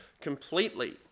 completely